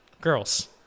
girls